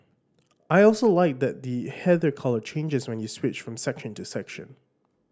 I also like that the the header colour changes when you switch from section to section